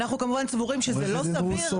אנחנו כמובן סבורים שזה לא סביר.